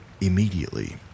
immediately